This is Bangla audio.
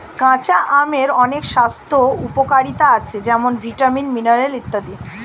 কাঁচা আমের অনেক স্বাস্থ্য উপকারিতা আছে যেমন ভিটামিন, মিনারেল ইত্যাদি